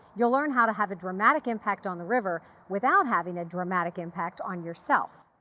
you'll learn how to have a dramatic impact on the river without having a dramatic impact on yourself.